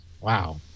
Wow